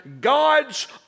God's